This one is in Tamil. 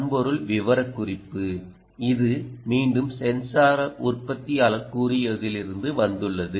வன்பொருள் விவரக்குறிப்பு இது மீண்டும் சென்சார் உற்பத்தியாளர் கூறியுள்ளதில் இருந்து வந்துள்ளது